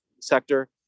sector